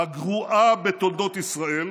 הגרועה בתולדות ישראל,